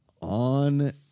on